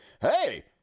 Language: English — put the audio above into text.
Hey